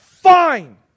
fine